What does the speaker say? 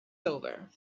over